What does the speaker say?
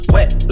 Wet